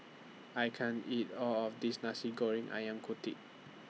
I can't eat All of This Nasi Goreng Ayam Kunyit